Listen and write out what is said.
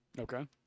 Okay